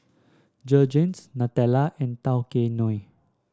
Jergens Nutella and Tao Kae Noi